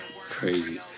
crazy